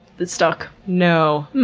it stuck. no?